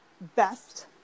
best